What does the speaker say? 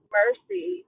mercy